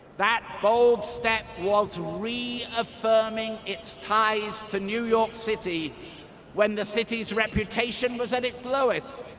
that bold step was reaffirming its ties to new york city when the city's reputation was at its lowest.